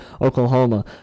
Oklahoma